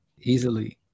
Easily